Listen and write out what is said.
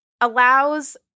allows –